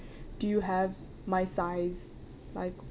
do you have my size like